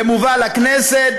זה מובא לכנסת.